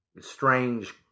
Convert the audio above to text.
strange